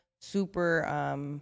super –